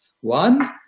One